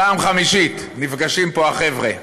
פעם חמישית נפגשים פה החבר'ה.